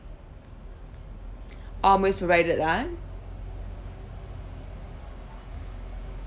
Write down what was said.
all meals provided ah